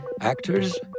Actors